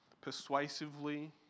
persuasively